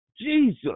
Jesus